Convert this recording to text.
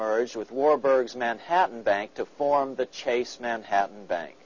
merged with warburg manhattan bank to form the chase manhattan bank